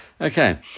Okay